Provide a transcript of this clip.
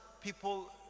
people